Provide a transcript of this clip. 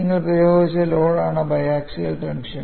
നിങ്ങൾ പ്രയോഗിച്ച ലോഡാണ് ബയാക്സിയൽ ടെൻഷൻ